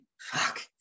Fuck